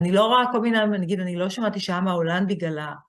אני לא ראה כל מיני עמ..., נגיד, אני לא שמעתי שהעם ההולנדי גלה.